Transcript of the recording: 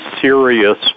serious